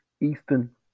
Eastern